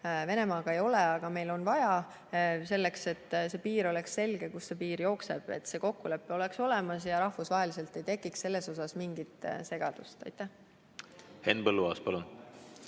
Venemaaga ei ole, aga meil on seda vaja, selleks et oleks selge, kus see piir jookseb, see kokkulepe oleks olemas ja rahvusvaheliselt ei tekiks selles mingit segadust.